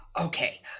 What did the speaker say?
Okay